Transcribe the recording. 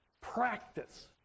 practice